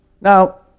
Now